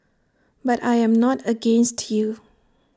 but I am not against you